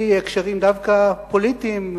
בלי הקשרים דווקא פוליטיים,